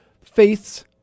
faiths